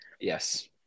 Yes